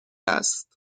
است